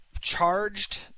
charged